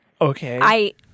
Okay